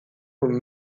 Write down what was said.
will